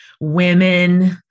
women